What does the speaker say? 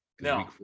No